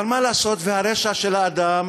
אבל מה לעשות, והרשע של האדם